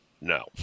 No